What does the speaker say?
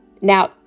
Now